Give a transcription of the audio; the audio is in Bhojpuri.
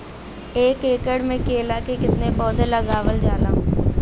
एक एकड़ में केला के कितना पौधा लगावल जाला?